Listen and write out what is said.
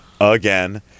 again